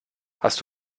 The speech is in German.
hast